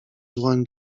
dłoń